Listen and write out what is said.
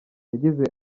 yagize